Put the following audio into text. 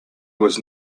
was